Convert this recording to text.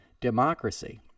democracy